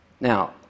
Now